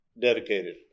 dedicated